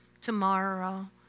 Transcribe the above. tomorrow